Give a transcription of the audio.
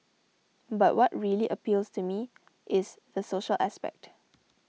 but what really appeals to me is the social aspect